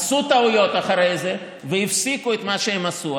עשו טעויות אחרי זה והפסיקו את מה שהם עשו,